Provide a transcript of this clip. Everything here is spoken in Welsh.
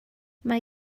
mae